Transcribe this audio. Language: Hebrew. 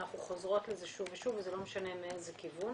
אנחנו חוזרות לזה שוב ושוב וזה לא משנה מאיזה כיוון.